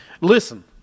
Listen